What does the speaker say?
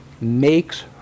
makes